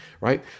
right